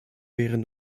wären